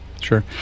sure